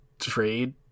trade